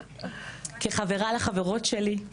כחברה לחברות שלי,